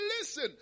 listen